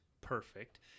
perfect